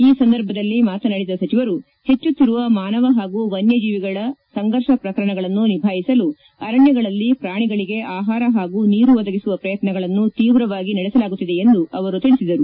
ಈ ಸಂದರ್ಭದಲ್ಲಿ ಮಾತನಾಡಿದ ಸಚಿವರು ಹೆಚ್ಚುತ್ತಿರುವ ಮಾನವ ಹಾಗೂ ವನ್ಯ ಪ್ರಾಣಿಗಳ ಸಂಘರ್ಷ ಪ್ರಕರಣಗಳನ್ನು ನಿಭಾಯಿಸಲು ಅರಣ್ಯಗಳಲ್ಲಿ ಪ್ರಾಣಿಗಳಿಗೆ ಆಹಾರ ಹಾಗೂ ನೀರು ಒದಗಿಸುವ ಪ್ರಯತ್ನಗಳನ್ನು ತೀವ್ರವಾಗಿ ನಡೆಸಲಾಗುತ್ತಿದೆ ಎಂದು ಅವರು ಹೇಳಿದ್ದಾರೆ